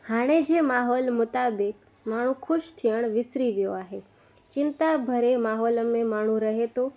हाणे जे माहौलु मुताबिक माण्हू ख़ुशि थियण विसरी वियो आहे चिंता भरे माहौल में माण्हू रहे थो